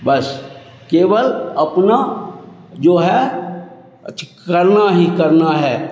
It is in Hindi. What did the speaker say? बस केवल अपना जो है अथि करना ही करना है